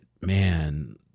Man